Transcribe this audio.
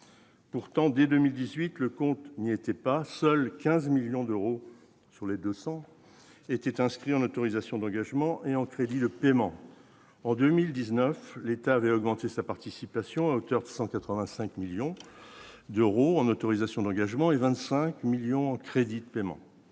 Pourtant, dès 2018, le compte n'y était pas, seuls 15 millions d'euros sur les 200 étaient inscrits en autorisations d'engagement et en crédits de paiement en 2019, l'État avait augmenté sa participation à hauteur de 185 millions d'euros en autorisations d'engagement et 25 millions en crédits de paiement